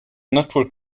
network